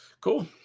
Cool